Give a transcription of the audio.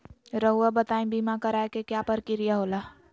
रहुआ बताइं बीमा कराए के क्या प्रक्रिया होला?